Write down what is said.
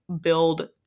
build